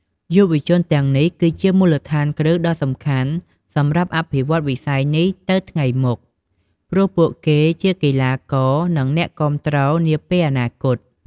យុវជនទាំងនេះគឺជាមូលដ្ឋានគ្រឹះដ៏សំខាន់សម្រាប់អភិវឌ្ឍន៍វិស័យនេះទៅថ្ងៃមុខ ព្រោះពួកគេជាកីឡាករ និងអ្នកគាំទ្រនាពេលអនាគត។